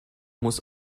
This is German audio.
muss